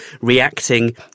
reacting